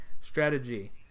strategy